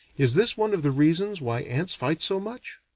is this one of the reasons why ants fight so much?